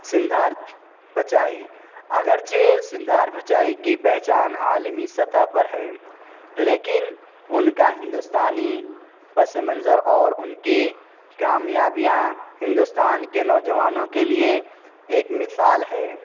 سندر پچائی اگرچہ سندر پچائی کی پہچان عالمی سطح پر ہیں لیکن ان کا ہندوستانی پس منظر اور ان کی کامیابیاں ہندوستان کے نوجوانوں کے لیے ایک مثال ہے